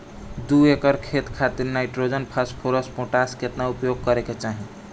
दू एकड़ खेत खातिर नाइट्रोजन फास्फोरस पोटाश केतना उपयोग करे के चाहीं?